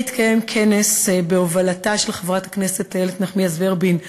והתקיים כנס בהובלתה של חברת הכנסת איילת נחמיאס ורבין,